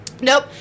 Nope